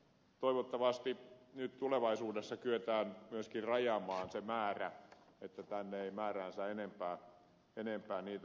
toivottavasti nyt tulevaisuudessa kyetään myöskin rajaamaan se määrä että tänne ei määräänsä enempää heitä tule